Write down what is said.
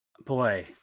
boy